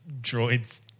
droids